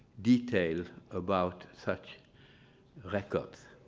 detail about such records.